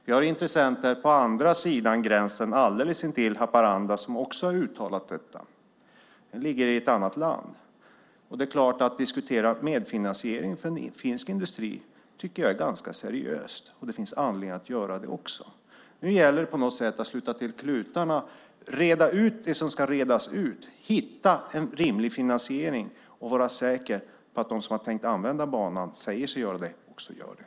Vi har intressenter på andra sidan gränsen alldeles intill Haparanda - i ett annat land - som också uttalat detta. Att diskutera medfinansiering när det gäller en finsk industri tycker jag är ganska seriöst. Det finns också anledning att göra det. På något sätt gäller det nu att sätta till alla klutar. Det gäller att reda ut det som ska redas ut, att hitta en rimlig finansiering och att vara säker på att de som tänkt använda banan och som säger sig vilja göra det också gör det.